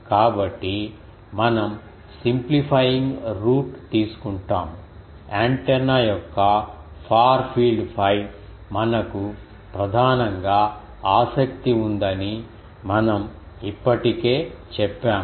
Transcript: కాబట్టి మనం simplifying route తీసుకుంటాము యాంటెన్నా యొక్క ఫార్ ఫీల్డ్ పై మనకు ప్రధానంగా ఆసక్తి ఉందని మనం ఇప్పటికే చెప్పాము